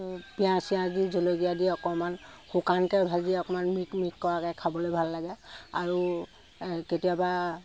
পিঁয়াজ চিয়াজ দি জলকীয়া দি অকণমান শুকানকৈ ভাজি অকণমান মিক মিক কৰাকৈ খাবলৈ ভাল লাগে আৰু কেতিয়াবা